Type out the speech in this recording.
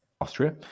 Austria